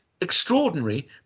extraordinary